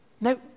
No